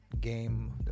game